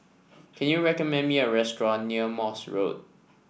can you recommend me a restaurant near Morse Road